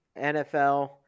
NFL